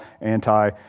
anti